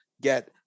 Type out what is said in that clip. get